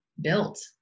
built